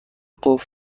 قفل